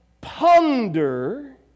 ponder